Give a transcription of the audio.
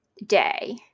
Day